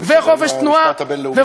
וזה מסתדר עם המשפט הבין-לאומי,